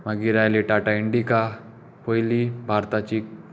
मागीर आयली टाटा इंडिका पयली भारताची